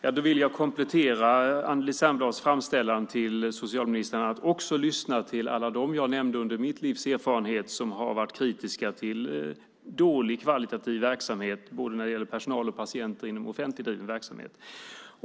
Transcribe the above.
Herr talman! Jag vill komplettera Anneli Särnblads framställan till socialministern med att säga att man också ska lyssna till alla dem som jag nämnde från min livserfarenhet som har varit kritiska till dålig kvalitativ verksamhet, när det gäller både personal och patienter inom offentligt driven verksamhet.